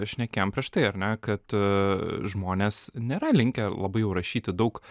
šnekėjom prieš tai ar ne kad žmonės nėra linkę labai jau rašyti daug